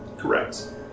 Correct